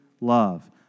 Love